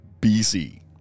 BC